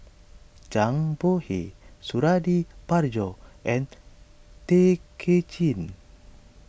Zhang Bohe Suradi Parjo and Tay Kay Chin